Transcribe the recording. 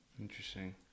Interesting